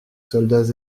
soldats